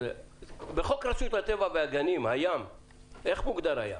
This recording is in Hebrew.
בחוק רשות הטבע והגנים, איך מוגדר הים?